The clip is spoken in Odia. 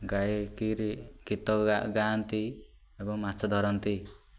ଗାଇକିରି ଗୀତ ଗାଆନ୍ତି ଏବଂ ମାଛ ଧରନ୍ତି